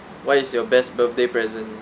what is your best birthday present